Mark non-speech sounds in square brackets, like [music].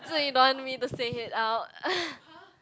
so you don't want me to say it out [breath]